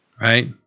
right